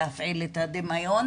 להפעיל את הדמיון,